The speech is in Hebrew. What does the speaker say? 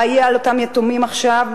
מה יהיה על אותם יתומים עכשיו,